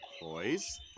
boys